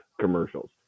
commercials